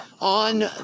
on